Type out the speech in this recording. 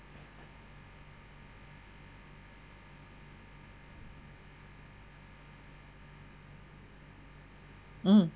mm